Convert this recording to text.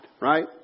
Right